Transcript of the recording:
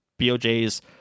BOJ's